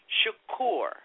Shakur